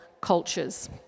cultures